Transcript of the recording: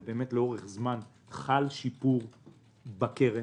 ובאמת לאורך זמן חל שיפור בקרן.